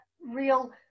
real